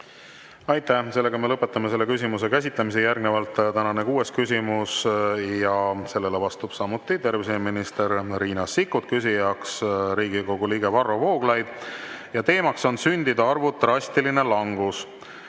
Aitäh! Me lõpetame selle küsimuse käsitlemise. Järgnevalt tänane kuues küsimus. Sellele vastab samuti terviseminister Riina Sikkut, küsija on Riigikogu liige Varro Vooglaid ja teema on sündide arvu drastiline langus.